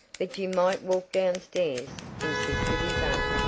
but you might walk downstairs, insisted his aunt,